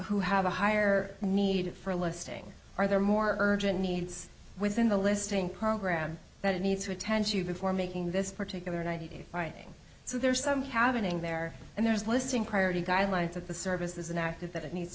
who have a higher need for a listing are there more urgent needs within the listing program that it needs to attend to before making this particular ninety day writing so there's some cabin in there and there's listing priority guidelines that the service is an active that it needs